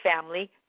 family